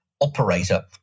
operator